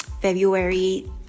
February